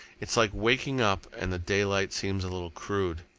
it's like waking up, and the daylight seems a little crude.